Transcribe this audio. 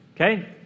Okay